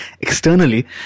externally